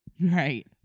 Right